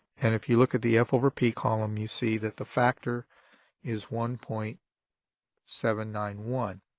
and if you look at the f over p column, you see that the factor is one point seven nine one.